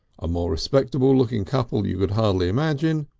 a more respectable looking couple you could hardly imagine,